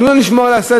תנו לנו לשמור על הסדר,